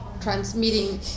transmitting